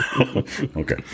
Okay